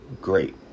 great